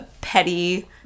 petty